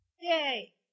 Yay